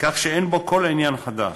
כך שאין בו כל עניין חדש,